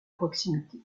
proximité